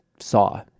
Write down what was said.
saw